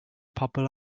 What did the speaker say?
pobl